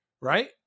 right